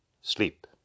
sleep